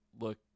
look –